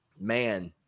Man